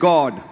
God